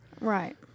Right